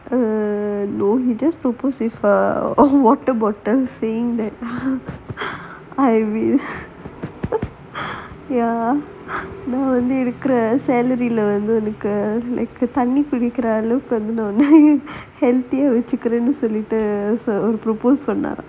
err no he just proposed with a water bottle saying that marry me நான் வந்து இருக்குற வந்து உனக்கு தண்ணி பிடிக்குற அளவுக்கு உன்ன வச்சுக்குறேன்னு சொல்லிட்டு:naan vanthu irukkura vanthu unakku thanni pidikkura alavukku unna vachukkuraennu sollittu propose பண்ணுனாராம்:pannunaaraam